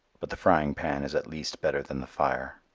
but the frying pan is at least better than the fire.